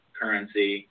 currency